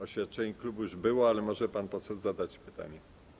Oświadczenie klubu już było, ale może pan poseł zadać pytanie.